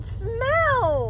smell